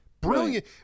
Brilliant